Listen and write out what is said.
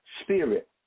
spirit